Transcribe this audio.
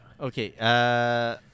Okay